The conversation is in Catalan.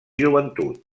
joventut